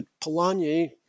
Polanyi